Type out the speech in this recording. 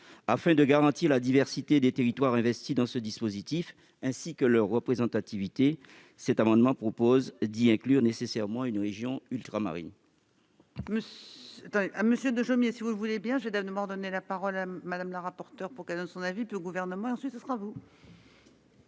Afin de garantir la diversité des territoires investis dans ce dispositif ainsi que leur représentativité, cet amendement vise à garantir la présence d'une région ultramarine.